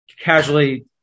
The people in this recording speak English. casually